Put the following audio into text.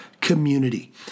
community